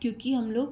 क्योंकि हम लोग